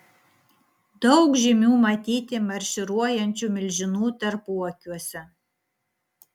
daug žymių matyti marširuojančių milžinų tarpuakiuose